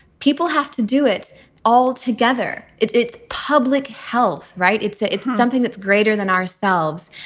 people have to do it all together. it's it's public health, right? it's ah it's something that's greater than ourselves.